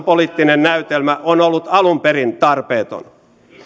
poliittinen näytelmä on ollut alun perin tarpeeton